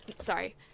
sorry